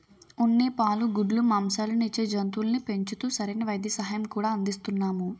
ఉన్ని, పాలు, గుడ్లు, మాంససాలను ఇచ్చే జంతువుల్ని పెంచుతూ సరైన వైద్య సహాయం కూడా అందిస్తున్నాము